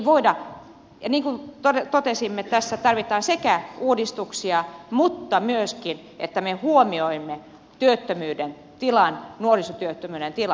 niin kuin totesimme tässä tarvitaan sekä uudistuksia mutta myöskin sitä että me huomioimme työttömyyden tilan nuorisotyöttömyyden tilan